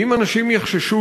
כי אם אנשים יחששו